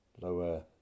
lower